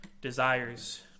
desires